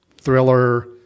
thriller